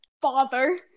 father